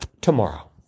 tomorrow